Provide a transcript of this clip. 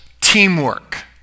teamwork